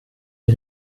die